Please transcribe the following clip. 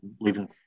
leaving